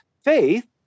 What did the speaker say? faith